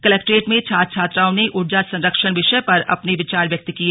collectorate में छात्र छात्राओं ने ऊर्जा संरक्षण विषय पर अपने विचार व्यक्त किए